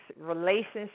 relationships